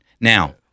now